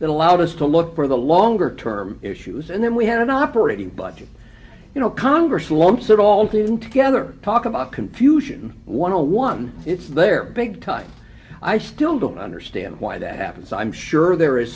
that allowed us to look for the longer term issues and then we had an operating budget you know congress lumps it all to do together talk about confusion one on one it's there big time i still don't understand why that happens i'm sure there is